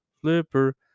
flipper